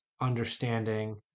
understanding